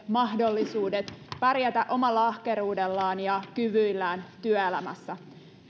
mahdollisuudet pärjätä omalla ahkeruudellaan ja kyvyillään työelämässä